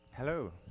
Hello